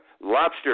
lobster